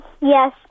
Yes